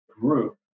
group